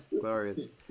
Glorious